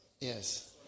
yes